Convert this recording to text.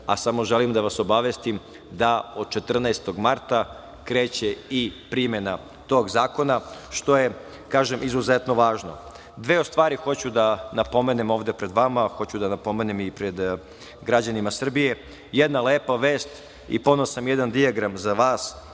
a samo želim da vas obavestim da od 14. marta kreće i primena tog zakona što je kažem izuzetno važno. Dve stvari hoću da napomenem ovde pred vama, hoću da ga pomenem i pred građanima Srbije, jedna lepa vest i poneo sam jedan dijagram za vas,